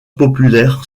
populaire